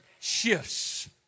shifts